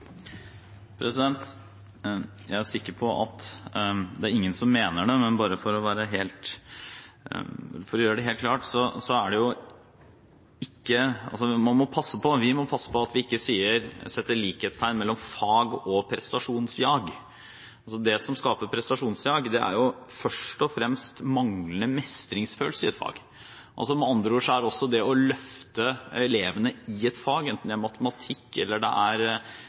er ingen som mener det, men bare for å gjøre det helt klart: Vi må passe på så vi ikke setter likhetstegn mellom fag og prestasjonsjag. Det som skaper prestasjonsjag, er jo først og fremst manglende mestringsfølelse i et fag. Med andre ord er altså det å løfte elevene i et fag – enten det er matematikk, kunst og håndverk eller norsk – i det store og hele med på å skape mer mestring og også mer livsmestring i skolen. Ved siden av dette er